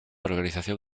organización